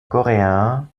coréen